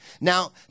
Now